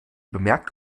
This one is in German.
bemerkt